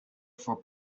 for